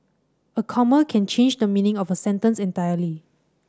a comma can change the meaning of a sentence entirely